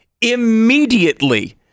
immediately